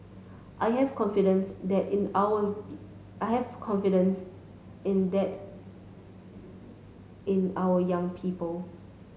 I have confidence that in our I have confidence in that in our young people